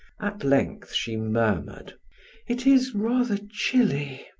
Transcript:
at length she murmured it is rather chilly,